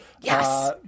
Yes